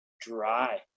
dry